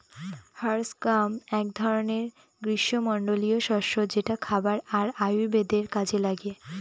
horse gram এক ধরনের গ্রীস্মমন্ডলীয় শস্য যেটা খাবার আর আয়ুর্বেদের কাজে লাগে